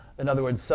in other words, so